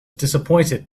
disappointed